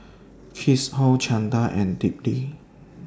Kishore Chanda and Dilip